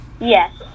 Yes